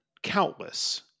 countless